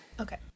Okay